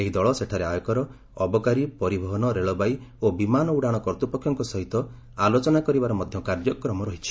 ଏହି ଦଳ ସେଠାରେ ଆୟକରଅବକାରୀ ପରିବହନ ରେଳବାଇ ଓ ବିମାନ ଉଡାଣ କର୍ତ୍ତୃପକ୍ଷଙ୍କ ସହିତ ଆଲୋଚନା କରିବାର କାର୍ଯ୍ୟକ୍ରମ ରହିଛି